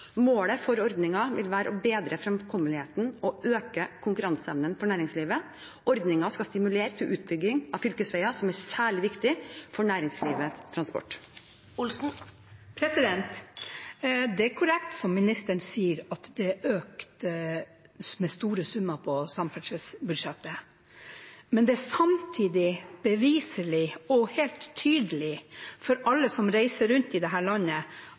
Målet for ordningen vil være å bedre fremkommeligheten og øke konkurranseevnen for næringslivet. Ordningen skal stimulere til utbedring av fylkesveier som er særlig viktige for næringslivstransport. Det er korrekt som ministeren sier – samferdselsbudsjettet er økt med store summer. Men det er samtidig beviselig og helt tydelig for alle som reiser rundt i dette landet, at det